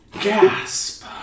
Gasp